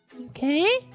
okay